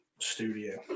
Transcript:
studio